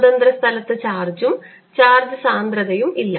സ്വതന്ത്ര സ്ഥലത്ത് ചാർജും ചാർജ് സാന്ദ്രതയും ഇല്ല